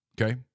Okay